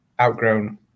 outgrown